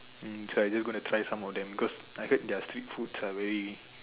mm so I just gonna try some of them cause I heard their street foods are very